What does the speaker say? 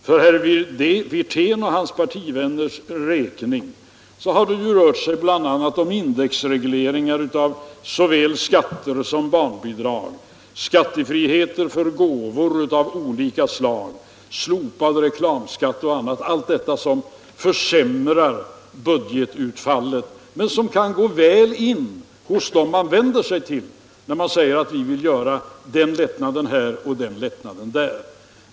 För herr Wirténs och hans partivänners räkning har det bl.a. rört sig om indexreglering av såväl skatter som barnbidrag, skattefrihet för gåvor av olika slag, slopad reklamskatt m.m. Allt detta är saker som försämrar budgetutfallet men som kan gå väl in hos dem man vänder sig till, då man säger att vi vill göra den lättnaden här och den lättnaden där.